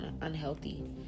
unhealthy